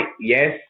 yes